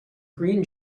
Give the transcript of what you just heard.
green